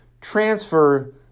transfer